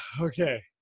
Okay